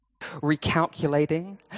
recalculating